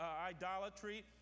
idolatry